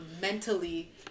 mentally